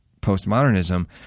postmodernism